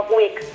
week